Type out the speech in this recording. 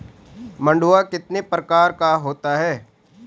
मंडुआ कितने प्रकार का होता है?